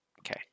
Okay